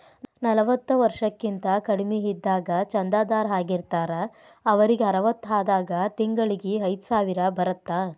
ನಲವತ್ತ ವರ್ಷಕ್ಕಿಂತ ಕಡಿಮಿ ಇದ್ದಾಗ ಚಂದಾದಾರ್ ಆಗಿರ್ತಾರ ಅವರಿಗ್ ಅರವತ್ತಾದಾಗ ತಿಂಗಳಿಗಿ ಐದ್ಸಾವಿರ ಬರತ್ತಾ